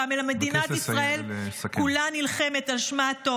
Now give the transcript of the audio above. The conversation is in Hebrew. אלא מדינת ישראל כולה נלחמת על שמה הטוב.